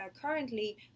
currently